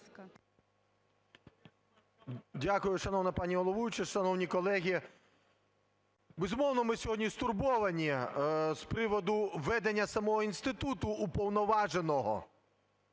Дякую, шановна пані головуюча. Шановні колеги, безумовно ми сьогодні стурбовані з приводу введення самого інституту уповноваженого.